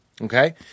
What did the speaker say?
Okay